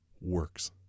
works